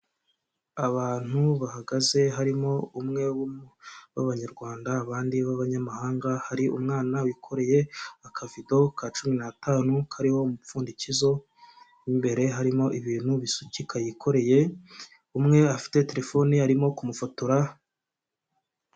Abantu bahagaze harimo umwe b'Abanyarwanda abandi b'abanyamahanga, hari umwana wikoreye akavido ka cumi n'atanu kariho umupfundikizo, mu imbere harimo ibintu bisukika yikoreye, umwe afite telefone arimo kumufotora.